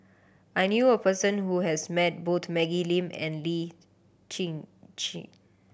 I knew a person who has met both Maggie Lim and Lee Tjin